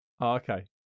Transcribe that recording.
Okay